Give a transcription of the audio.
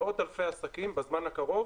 מאות אלפי עסקים בזמן הקרוב